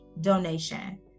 donation